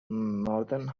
northern